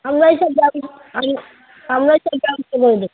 আমরাই সব ব্যব আমরাই সব ব্যবস্থা করে দেবো